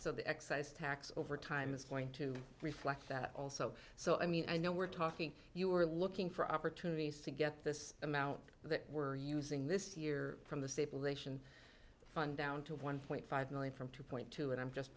so the excise tax over time is going to reflect that also so i mean i know we're talking you are looking for opportunities to get this amount that were using this year from the stabilization fund down to one point five million from two point two and i'm just